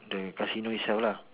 the Casino itself